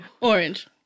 Orange